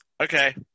Okay